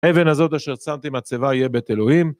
האבן הזאת אשר שמתי מצבה יהיה בית אלוהים.